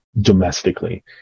domestically